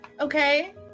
okay